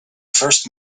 first